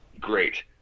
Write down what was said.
great